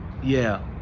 yeah,